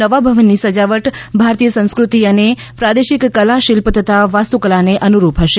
નવા ભવનની સજાવટ ભારતીય સંસ્કૃતિ અને પ્રાદેશિક કલા શિલ્પ તથા વાસ્તુકલાને અનુરૂપ હશે